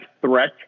Threat